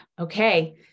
Okay